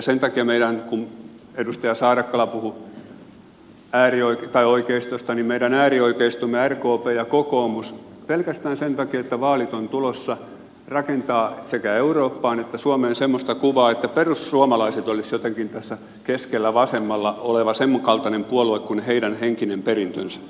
sen takia kun edustaja saarakkala puhui oikeistosta meidän äärioikeistomme rkp ja kokoomus pelkästään sen takia että vaalit ovat tulossa rakentavat sekä eurooppaan että suomeen semmoista kuvaa että perussuomalaiset olisivat jotenkin tässä keskellä vasemmalla oleva sen kaltainen puolue kuin heidän henkinen perintönsä